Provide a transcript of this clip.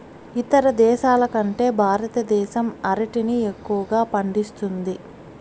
ఇతర దేశాల కంటే భారతదేశం అరటిని ఎక్కువగా పండిస్తుంది